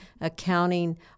accounting